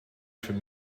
from